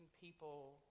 people